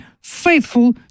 faithful